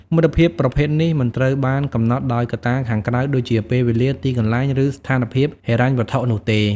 មិត្តភាពប្រភេទនេះមិនត្រូវបានកំណត់ដោយកត្តាខាងក្រៅដូចជាពេលវេលា ទីកន្លែង ឬស្ថានភាពហិរញ្ញវត្ថុនោះទេ។